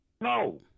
No